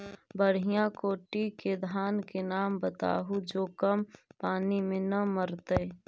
बढ़िया कोटि के धान के नाम बताहु जो कम पानी में न मरतइ?